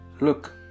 Look